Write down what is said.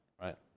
right